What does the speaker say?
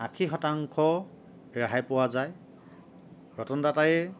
আশী শতাংশ ৰেহাই পোৱা যায় ৰতন টাটাই